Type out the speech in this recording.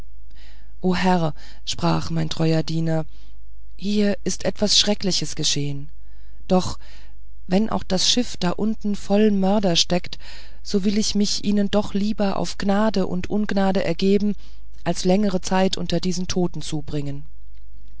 herr sprach mein treuer diener hier ist etwas schreckliches geschehen doch wenn auch das schiff da unten voll mörder steckt so will ich mich ihnen doch lieber auf gnade und ungnade ergeben als längere zeit unter diesen toten zubringen